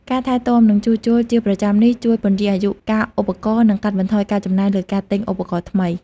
ការថែទាំ និងជួសជុលជាប្រចាំនេះ ជួយពន្យារអាយុកាលឧបករណ៍ និងកាត់បន្ថយការចំណាយលើការទិញឧបករណ៍ថ្មី។